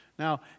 Now